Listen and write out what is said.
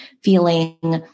feeling